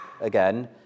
again